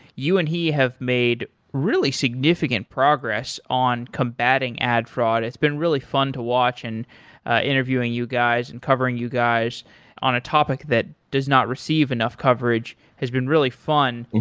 you and he have made really significant progress on combating ad fraud. it's been really fun to watch and interviewing you guys and covering you guys on a topic that does not receive enough coverage. it's been really fun.